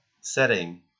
setting